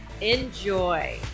enjoy